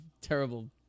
terrible